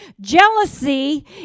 Jealousy